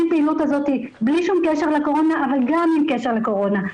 פעילות כזאת בלי שום קשר לקורונה אבל גם עם קשר לקורונה.